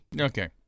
Okay